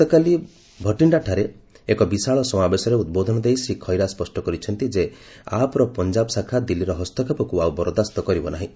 ଗତକାଲି ଭଟିଣ୍ଡାଠାରେ ଏକ ବିଧାନ ସମାବେଶରେ ଉଦ୍ବୋଧନ ଦେଇ ଶ୍ରୀ ଖଇରା ସ୍ୱଷ୍ଟ କରିଛନ୍ତି ଯେ ଆପ୍ର ପଞ୍ଜାବ ଶାଖା ଦିଲ୍ଲୀର ହସ୍ତକ୍ଷେପକୁ ଆଉ ବରଦାସ୍ତ କରିବ ନାହିଁ